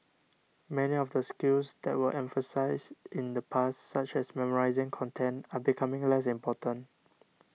many of the skills that were emphasised in the past such as memorising content are becoming less important